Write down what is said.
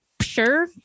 sure